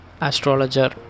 astrologer